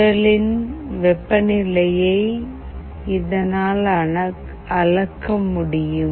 உடலின் வெப்ப நிலையை இதனால் அளக்க முடியும்